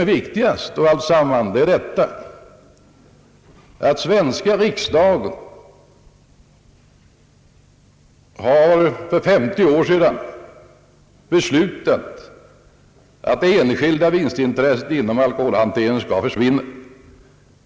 Det viktigaste i hela denna fråga är emellertid att Sveriges riksdag för 50 år sedan har beslutat att det enskilda vinstintresset inom alkoholhanteringen skall försvinna.